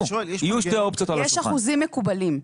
יהיו שתי אופציות על השולחן יש אחוזים מקובלים.